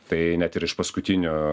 tai net ir iš paskutinio